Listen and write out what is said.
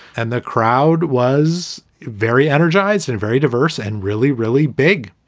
and the crowd was very energized and very diverse and really, really big.